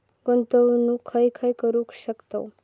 गुंतवणूक खय खय करू शकतव?